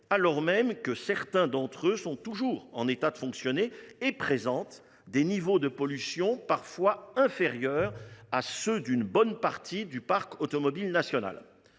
alors même que certains d’entre eux sont toujours en état de fonctionner et présentent des niveaux de pollution parfois inférieurs à ceux d’une bonne partie du parc automobile national.